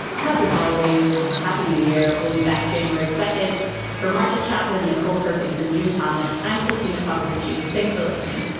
happy holidays and a happy new year. we'll be back january second for marcia chatillon, nicole perkins and june thomas. i'm christina kotto rugy. thanks for listening